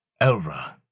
Elra